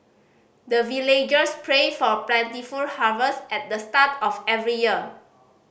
the villagers pray for plentiful harvest at the start of every year